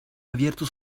abierto